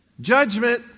Judgment